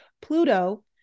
Pluto